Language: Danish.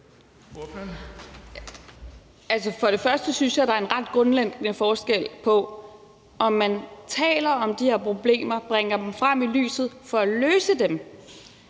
For det første synes jeg, der er en ret grundlæggende forskel på, om man taler om de her problemer og bringer dem frem i lyset for at løse dem,